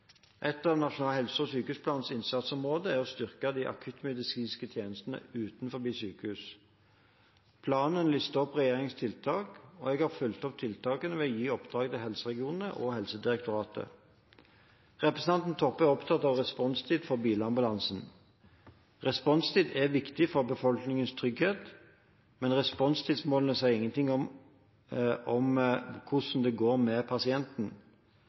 Et av nasjonal helse- og sykehusplans innsatsområder er å styrke de akuttmedisinske tjenestene utenfor sykehus. Planen lister opp regjeringens tiltak, og jeg har fulgt opp tiltakene ved å gi oppdrag til helseregionene og Helsedirektoratet. Representanten Toppe er opptatt av responstid for bilambulansen. Responstid er viktig for befolkningens trygghet, men responstidsmålene sier ingenting om hvordan det går med pasienten.